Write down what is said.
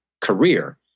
career